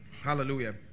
Hallelujah